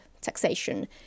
taxation